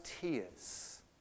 tears